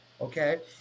Okay